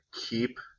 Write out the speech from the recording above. keep